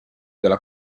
della